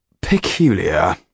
peculiar